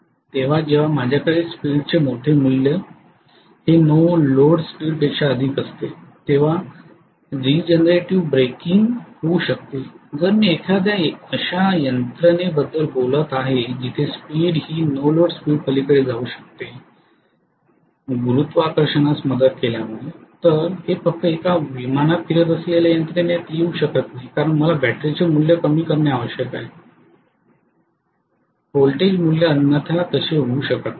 तेव्हा जेव्हा माझ्याकडे स्पीडचे मोठे मूल्य हे नो लोड स्पीडपेक्षा अधिक असते तेव्हा रीजनरेटिव्ह ब्रेकिंग होऊ शकते जर मी एखाद्या अशा यंत्रणेबद्दल बोलत आहे जेथे स्पीड ही नो लोड स्पीड पलीकडे जाऊ शकते गुरुत्वाकर्षणास मदत केल्यामुळे हे फक्त एका विमानात फिरत असलेल्या यंत्रणेत येऊ शकत नाही कारण मला बॅटरीचे मूल्य व्होल्टेजचे मूल्य कमी करणे आवश्यक आहे अन्यथा तसे होऊ शकत नाही